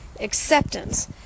acceptance